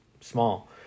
small